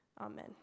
Amen